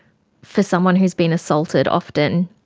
for someone who's been assaulted often